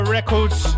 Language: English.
Records